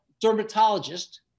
dermatologist